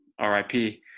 RIP